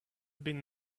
been